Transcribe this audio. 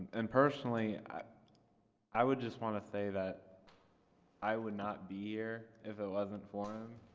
and personally, i i would just want to say that i would not be here if it wasn't for him